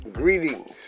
Greetings